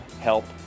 help